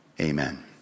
Amen